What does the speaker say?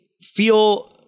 feel